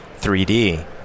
3D